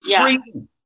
Freedom